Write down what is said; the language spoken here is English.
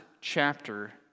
chapter